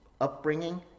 upbringing